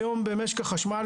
היום במשק החשמל,